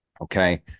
okay